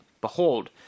behold